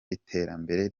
iterambere